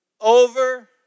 over